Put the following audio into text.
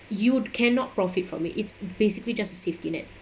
you cannot profit from it it's basically just a safety net